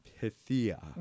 Pythia